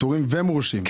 פטורים ומורשים?